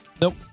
Nope